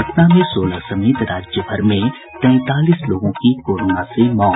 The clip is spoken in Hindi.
पटना में सोलह समेत राज्यभर में तैंतालीस लोगों की कोरोना से मौत